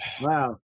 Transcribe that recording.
Wow